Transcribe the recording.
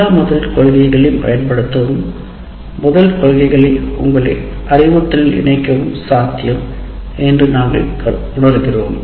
எல்லா முதல் கொள்கைகளையும் பயன்படுத்தவும் முதல் கொள்கைகளை உங்கள் அறிவுறுத்தலில் இணைக்கவும் சாத்தியம் என்று நாங்கள் உணர்கிறோம்